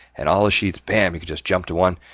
and all the sheet spam, you can just jump to one.